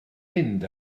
mynd